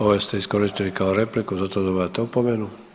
Ovo ste iskoristili kao repliku zato dobivate opomenu.